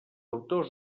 autors